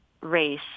race